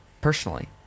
Personally